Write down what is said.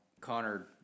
Connor